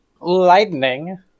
Lightning